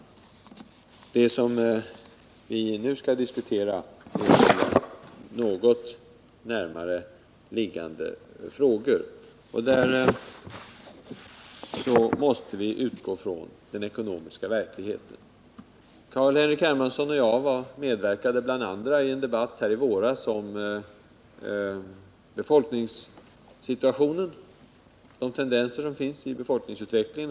Det som vi nu skall diskutera är något närmare liggande frågor. Därvid måste vi utgå från den ekonomiska verkligheten. Carl-Henrik Hermansson, jag och flera andra medverkade i en debatt här i våras om befolkningssituationen och de tendenser som finns i befolkningsutvecklingen.